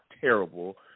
terrible